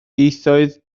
ieithoedd